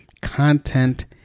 content